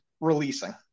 releasing